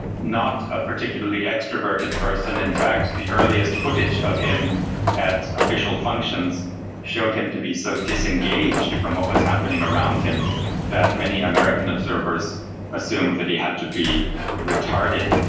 not a particularly extroverted person. in fact the earliest footage of him at official functions showed him to be so disengaged from what was happening around him that many american observers assumed that he had to be retarded,